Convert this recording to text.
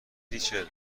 ریچل